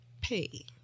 pay